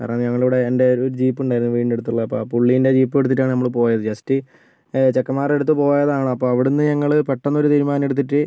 കാരണം ഞങ്ങളുടെ എൻ്റെ ഒരു ജീപ്പ് ഉണ്ടായിരുന്നു വീടിൻ്റെ അടുത്തുള്ള പുള്ളിൻ്റെ ജീപ്പ് എടുത്തിട്ടാണ് നമ്മൾ പോയത് ജസ്റ്റ് ചെക്കന്മാരുടെ അടുത്ത് പോയതാണ് അപ്പോൾ അവിടുന്ന് ഞങ്ങള് പെട്ടെന്നൊരു തീരുമാനം എടുത്തിട്ട്